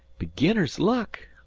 beginner's luck,